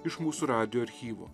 iš mūsų radijo archyvo